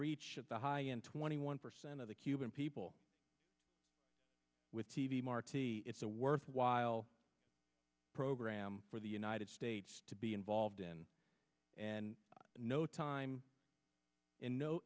reach the high end twenty one percent of the cuban people with t v marti it's a worthwhile program for the united states to be involved in and no time in no